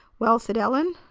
well, said ellen,